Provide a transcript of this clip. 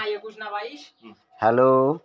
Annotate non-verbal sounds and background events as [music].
[unintelligible] একুশ না বাইশ হ্যালো